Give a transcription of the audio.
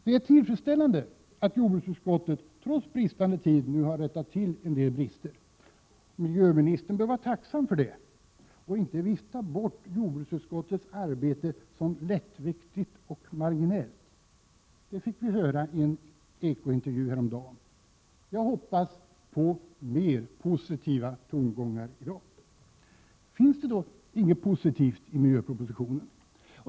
Det är tillfredsställande att jordbruksutskottet, trots bristande tid, nu har rättat till en del brister. Miljöministern bör vara tacksam för detta och inte vifta bort jordbruksutskottets arbete som lättviktigt och marginellt — det fick vi höra i en Eko-intervju häromdagen. Jag hoppas på mer positiva tongångar i dag. Finns det då inget positivt i miljöpropositionen?